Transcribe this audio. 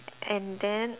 and then